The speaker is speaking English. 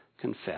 confess